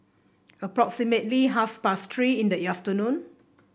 approximately half past Three in the afternoon